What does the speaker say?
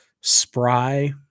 spry